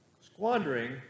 squandering